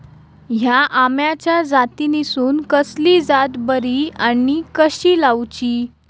हया आम्याच्या जातीनिसून कसली जात बरी आनी कशी लाऊची?